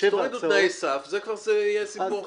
תורידו תנאי סף, זה כבר יהיה סיפור אחר.